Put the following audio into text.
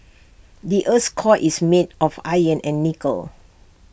the Earth's core is made of iron and nickel